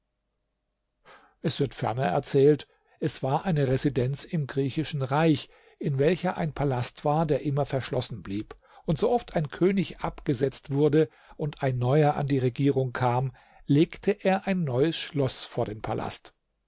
es wird ferner erzählt es war eine residenz im griechischen reich in welcher ein palast war der immer verschlossen blieb und sooft ein könig abgesetzt wurde und ein neuer an die regierung kam legte er ein neues schloß vor den palast